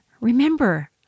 remember